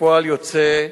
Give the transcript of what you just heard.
כפועל יוצא,